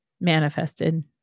manifested